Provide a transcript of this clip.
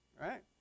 Right